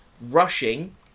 Rushing